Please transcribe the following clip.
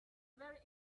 very